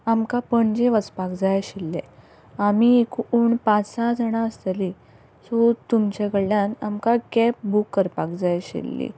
आमकां पणजे वचपाक जाय आशिल्लें आमी एकूण पाच सहा जाणां आसतलीं सो तुमचे कडल्यान आमकां कॅब बूक करपाक जाय आशिल्ली